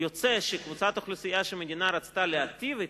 יוצא שקבוצת אוכלוסייה שהמדינה רצתה להיטיב אתה,